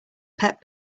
pet